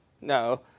No